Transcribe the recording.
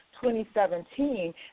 2017